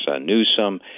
Newsom